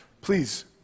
please